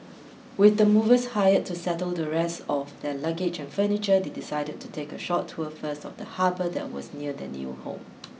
with the movers hired to settle the rest of their luggage and furniture they decided to take a short tour first of the harbour that was near their new home